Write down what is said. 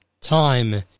time